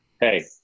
Hey